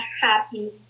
happy